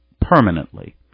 permanently